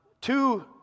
two